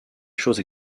choses